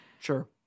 Sure